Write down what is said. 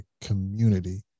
community